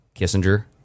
Kissinger